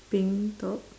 pink top